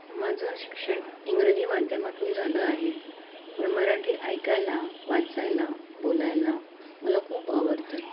माझं शिक्षण इंग्रजी माध्यमातून झालं आहे पण मराठी ऐकायला वाचायला बोलायला मला खूप आवडते